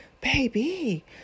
baby